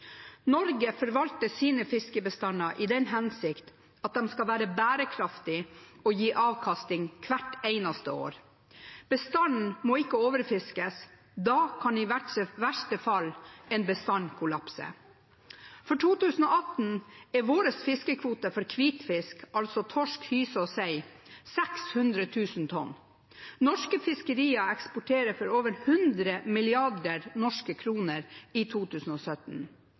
Norge forvalter sine fiskebestander i den hensikt at de skal være bærekraftige og gi avkastning hvert år. Bestandene må ikke overfiskes, da kan i verste fall en bestand kollapse. For 2018 er våre fiskekvoter for hvitfisk, altså torsk, hyse og sei, 600 000 tonn. Norske fiskerier eksporterte for over 100 mrd. norske kroner i 2017.